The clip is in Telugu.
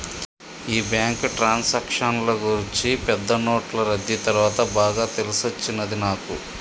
ఈ బ్యాంకు ట్రాన్సాక్షన్ల గూర్చి పెద్ద నోట్లు రద్దీ తర్వాత బాగా తెలిసొచ్చినది నాకు